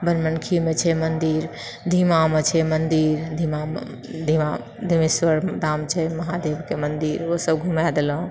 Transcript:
बनमनखीमे छै मन्दिर धीमामे छै मन्दिर धीमामे धीमा धीमेश्वर धाम छै महादेवके मन्दिर ओ सब घुमाय देलौं